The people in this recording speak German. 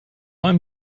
einem